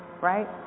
right